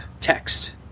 text